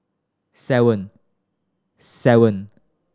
seven seven